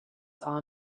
are